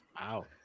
Wow